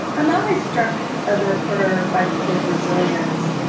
i'm always struck as a reporter by people's resilience.